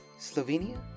Slovenia